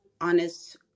honest